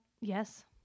yes